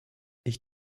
ich